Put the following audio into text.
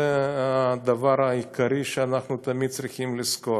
זה הדבר העיקרי שאנחנו תמיד צריכים לזכור,